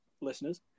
listeners